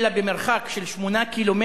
אלא במרחק של 8 קילומטר,